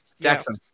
Jackson